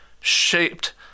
shaped